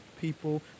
people